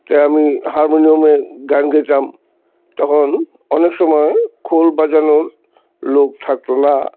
তাই আমি হারমোনিয়ামে গান গাইতাম তখন অনেক সময় খোল বাজানোর লোক থাকতো না